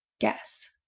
guess